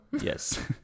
Yes